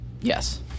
Yes